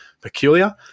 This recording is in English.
Peculiar